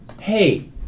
hey